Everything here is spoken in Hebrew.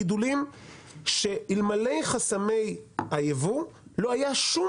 גידולים שאלמלא חסמי הייבוא לא הייתה שום